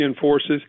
forces